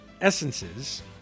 essences